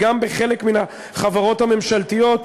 גם בחלק מן החברות הממשלתיות,